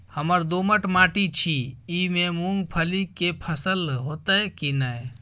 हमर दोमट माटी छी ई में मूंगफली के फसल होतय की नय?